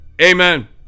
Amen